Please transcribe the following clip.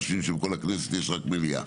במליאה וחושבים שבכל הכנסת יש רק מליאה.